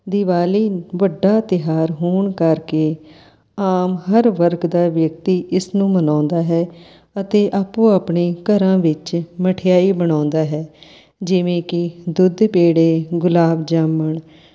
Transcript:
ਦਿਵਾਲੀ ਵੱਡਾ ਤਿਉਹਾਰ ਹੋਣ ਕਰਕੇ ਆਮ ਹਰ ਵਰਗ ਦਾ ਵਿਅਕਤੀ ਇਸ ਨੂੰ ਮਨਾਉਂਦਾ ਹੈ ਅਤੇ ਆਪੋ ਆਪਣੇ ਘਰਾਂ ਵਿੱਚ ਮਠਿਆਈ ਬਣਾਉਂਦਾ ਹੈ ਜਿਵੇਂ ਕਿ ਦੁੱਧ ਪੇੜੇ ਗੁਲਾਬ ਜਾਮੁਨ